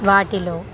వాటిలో